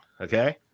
Okay